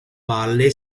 valle